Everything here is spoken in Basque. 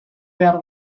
behar